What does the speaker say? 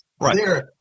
Right